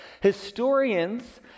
Historians